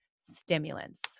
Stimulants